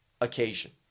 occasion